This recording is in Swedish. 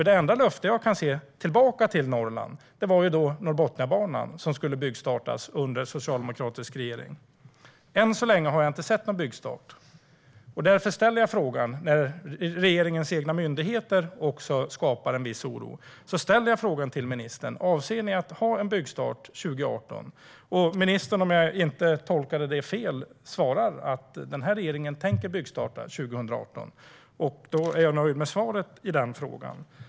Det enda löfte jag kan se där något ges tillbaka till Norrland var Norrbotniabanan, som skulle byggstartas under en socialdemokratisk regering. Än så länge har jag inte sett någon byggstart, och regeringens egna myndigheter skapar också en viss oro. Därför ställer jag frågan till ministern: Avser ni att ha en byggstart 2018? Om jag inte tolkade ministern fel svarade hon att den här regeringen tänker byggstarta 2018, och då är jag nöjd med svaret på den frågan.